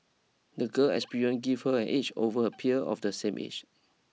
the girl experience gave her an edge over her peer of the same age